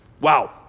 Wow